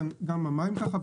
זה גם המים ככה.